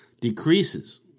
decreases